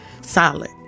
solid